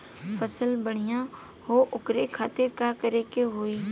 फसल बढ़ियां हो ओकरे खातिर का करे के होई?